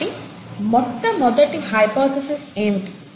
కాబట్టి మొట్టమొదటి హైపోథెసిస్ ఏమిటి